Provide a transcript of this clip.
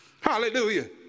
Hallelujah